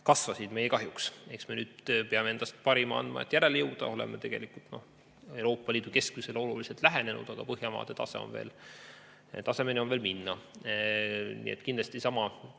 kasvasid meie kahjuks. Eks me nüüd peame andma endast parima, et järele jõuda. Oleme tegelikult Euroopa Liidu keskmisele oluliselt lähenenud, aga Põhjamaade tasemeni on veel minna. Nii et kindlasti siin